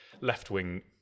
left-wing